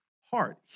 heart